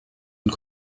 und